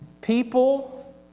People